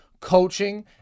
coaching